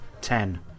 Ten